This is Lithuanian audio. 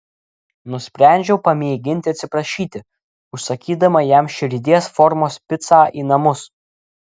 nusprendžiau pamėginti atsiprašyti užsakydama jam širdies formos picą į namus